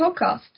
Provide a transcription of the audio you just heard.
podcasts